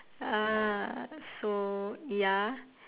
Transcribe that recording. uh so ya